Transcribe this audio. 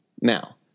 Now